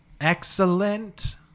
excellent